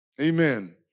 Amen